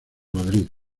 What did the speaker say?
madrid